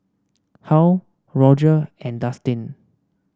Halle Roger and Dustin